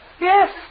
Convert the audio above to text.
Yes